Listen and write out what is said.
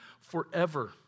forever